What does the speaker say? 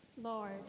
lord